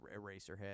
Eraserhead